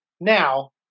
now